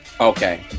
Okay